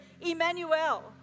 Emmanuel